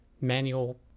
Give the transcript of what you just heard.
manual